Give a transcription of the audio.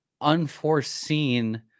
unforeseen